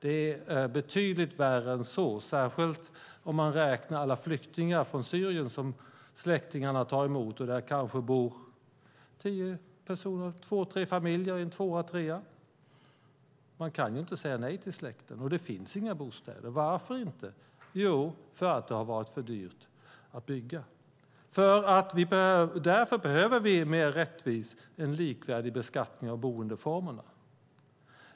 Det är betydligt värre än så, särskilt om man räknar alla flyktingar från Syrien som släktingarna tar emot. Det kan bo tio personer, två tre familjer, i en två eller trerummare. Man kan inte säga nej till släkten, och det finns inga bostäder. Varför inte? Jo, för att det har varit för dyrt att bygga. Därför behöver vi en mer rättvis och likvärdig beskattning av boendeformerna.